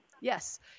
Yes